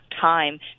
time